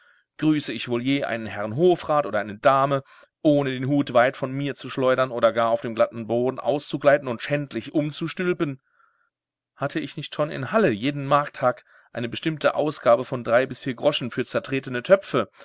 grüße ich wohl je einen herrn hofrat oder eine dame ohne den hut weit von mir zu schleudern oder gar auf dem glatten boden auszugleiten und schändlich umzustülpen hatte ich nicht schon in halle jeden markttag eine bestimmte ausgabe von drei bis vier groschen für zertretene töpfe